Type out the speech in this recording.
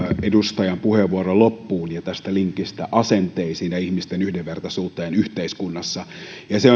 edustajan puheenvuoron loppuun linkistä asenteisiin ja ihmisten yhdenvertaisuuteen yhteiskunnassa myös se